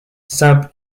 simple